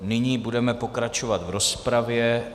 Nyní budeme pokračovat v rozpravě.